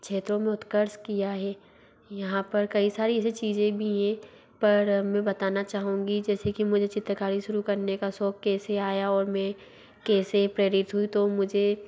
क्षेत्रों में उत्कर्श किया हे यहाँ पर कई सारी ऐसी चीज़ें भी हैं पर मैं बताना चाहूँगी जैसे कि मुझे चित्रकारी शुरू करने का शौक़ कैसे आया और मैं कैसे प्रेरित हुई तो मुझे